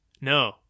No